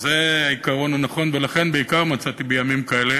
זה העיקרון הנכון, ולכן בעיקר מצאתי בימים כאלה